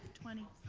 twenty.